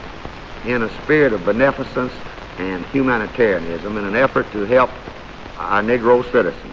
in a spirit of beneficence and humanitarianism in an effort to help our negro citizens